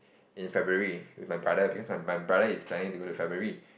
in February with my brother because my my brother is planning to go to February